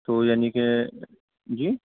تو یعنی کے جی